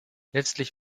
letztlich